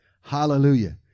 Hallelujah